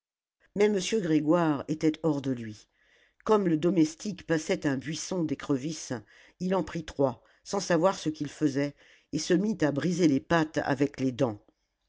mais m grégoire était hors de lui comme le domestique passait un buisson d'écrevisses il en prit trois sans savoir ce qu'il faisait et se mit à briser les pattes avec les dents